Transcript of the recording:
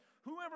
Whoever